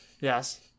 Yes